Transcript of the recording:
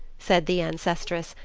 said the ancestress,